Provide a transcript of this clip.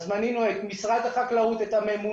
אם כן, מנינו את משרד החקלאות, את הממונה.